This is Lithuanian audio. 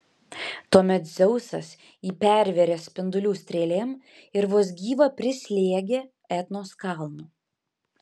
tuomet dzeusas jį pervėrė spindulių strėlėm ir vos gyvą prislėgė etnos kalnu